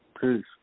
Peace